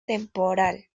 temporal